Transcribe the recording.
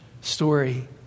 story